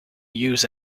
use